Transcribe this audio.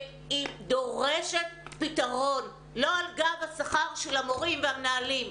והיא דורשת פתרון לא על גב השכר של המורים והמנהלים.